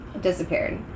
disappeared